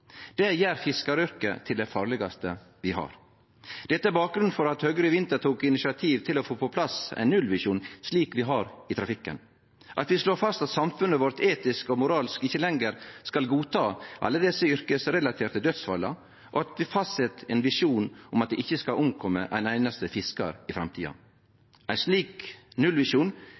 Det gjer fiskaryrket til det farlegaste vi har. Dette er bakgrunnen for at Høgre i vinter tok initiativ til å få på plass ein nullvisjon, slik vi har i trafikken. Vi slår fast at samfunnet vårt etisk og moralsk ikkje lenger skal godta alle desse yrkesrelaterte dødsfalla, og vi fastset ein visjon om at det ikkje skal omkome ein einaste fiskar i framtida. Ein slik nullvisjon